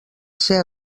ser